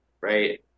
right